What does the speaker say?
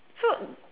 so